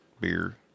beer